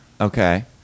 Okay